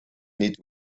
need